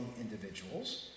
individuals